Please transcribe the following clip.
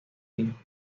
hijos